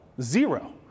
zero